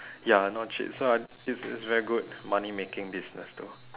ya not cheap so I it's it's very good money making business though